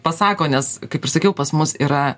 pasako nes kaip ir sakiau pas mus yra